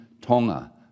Tonga